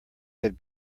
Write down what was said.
had